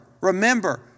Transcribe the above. remember